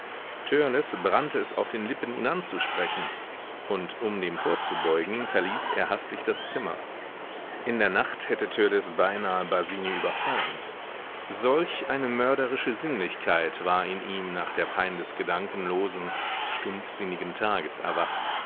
brannte es auf den lippen ihn anzusprechen und um dem vorzubeugen verließ er hastig das zimmer in der nacht hätte törleß beinahe basini überfallen solch eine mörderische sinnlichkeit war in ihm nach der pein des gedankenlosen stumpfsinnigen tages erwacht